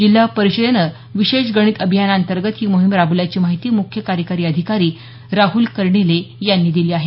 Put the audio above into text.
जिल्हा परिषदेनं विशेष गणित अभियांनांतर्गत ही मोहिम राबवल्याची माहिती मुख्य कार्यकारी अधिकारी राहल कर्डीले यांनी दिली आहे